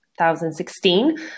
2016